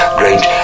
great